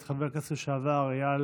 את חבר הכנסת לשעבר אייל